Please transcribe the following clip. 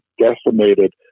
decimated